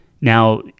Now